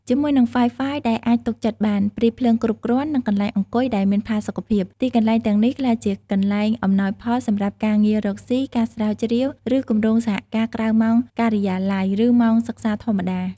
ជាមួយនឹង Wi-Fi ដែលអាចទុកចិត្តបាន ព្រីភ្លើងគ្រប់គ្រាន់ និងកន្លែងអង្គុយដែលមានផាសុកភាព ទីកន្លែងទាំងនេះក្លាយជាកន្លែងអំណោយផលសម្រាប់ការងាររកស៊ី ការស្រាវជ្រាវ ឬគម្រោងសហការក្រៅម៉ោងការិយាល័យ ឬម៉ោងសិក្សាធម្មតា។